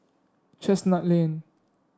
Chestnut Lane